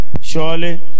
Surely